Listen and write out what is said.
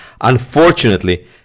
Unfortunately